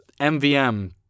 MVM